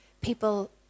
people